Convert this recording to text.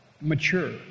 mature